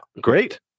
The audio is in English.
great